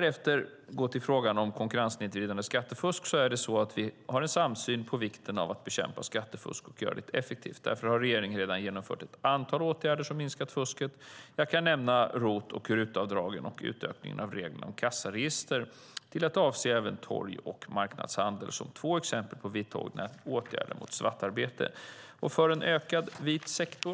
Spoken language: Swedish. det gäller frågan om konkurrenssnedvridande skattefusk har vi en samsyn om vikten av att bekämpa skattefusk och att göra det effektivt. Därför har regeringen redan genomfört ett antal åtgärder för att minska fusket. Jag kan nämna ROT och RUT avdragen och utökningen av reglerna om kassaregister till att avse även torg och marknadshandeln som två exempel på vidtagna åtgärder mot svartarbete och för en ökad vit sektor.